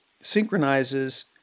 synchronizes